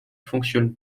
fonctionne